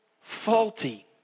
faulty